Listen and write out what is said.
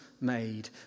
made